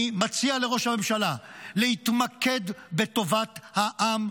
אני מציע לראש הממשלה להתמקד בטובת העם,